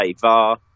VAR